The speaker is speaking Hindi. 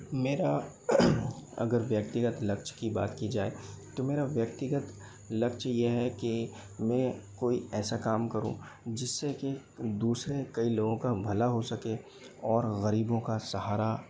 मेरा अगर व्यक्तिगत लक्ष्य की बात की जाए तो मेरा व्यक्तिगत लक्ष्य यह है के मैं कोई ऐसा काम करूं जिससे के दूसरे कई लोगों का भला हो सके और गरीबों का सहारा